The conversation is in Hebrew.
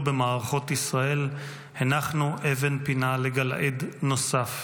במערכות ישראל הנחנו אבן פינה לגלעד נוסף,